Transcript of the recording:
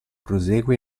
prosegue